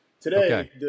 today